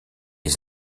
les